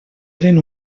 eren